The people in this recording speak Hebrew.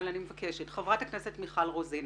חברת הכנסת מיכל רוזין.